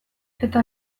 eta